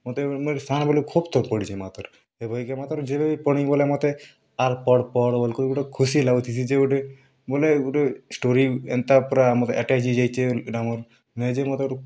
ମତେ ମୁଇଁ ବି ସାନ୍ ବେଲେ ଖୋବ୍ ଥର୍ ପଢ଼୍ସିଁ ମାତର୍ ଇ ବହିକେ ମାତର୍ ଯେବେ ବି ପଢ଼ିବି ବେଲେ ମତେ ଆର୍ ପଢ଼୍ ପଢ଼୍ ବୋଲିକରି ଗୁଟେ ଖୁସି ଲାଗୁଥିସି ଯେ ଗୁଟେ ବେଲେ ଗୁଟେ ଷ୍ଟୋରୀ ଏନ୍ତା ପୂରା ଆମର୍ ଏଟାଚ୍ ହେଇଯାଇଛେ ଇ'ଟା ଆମର୍ ମେଜିକ୍ ମେତାର୍